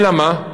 אלא מה?